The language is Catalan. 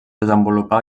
desenvolupà